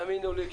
האמינו לי,